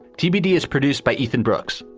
tbd is produced by ethan brooks.